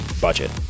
budget